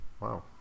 Wow